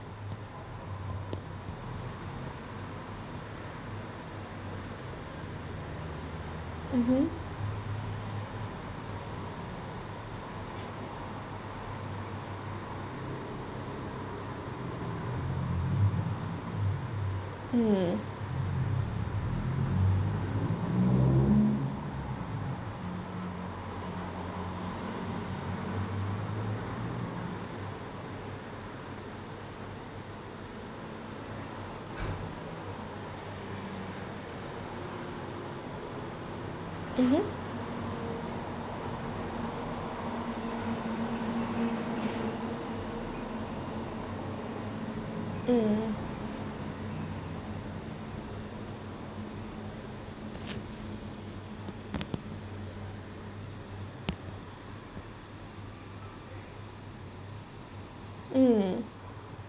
mmhmm hmm mmhmm mm mm